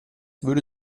würde